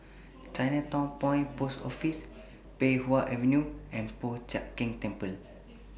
Chinatown Point Post Office Pei Wah Avenue and Po Chiak Keng Temple